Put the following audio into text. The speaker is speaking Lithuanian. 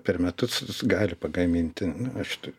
per metus gali pagaminti nu aš tu